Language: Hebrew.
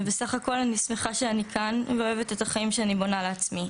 ובסך הכול אני שמחה שאני כאן ואוהבת את החיים שאני בונה לעצמי.